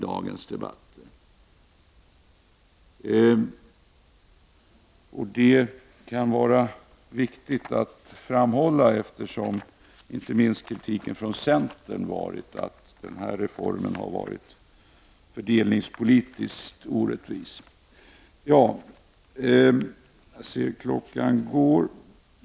Det kan vara viktigt att framhålla detta, eftersom kritiken — inte minst från centern — varit att skattereformen är fördelningspolitiskt orättvis. Klockan går.